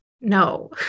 No